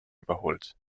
überholt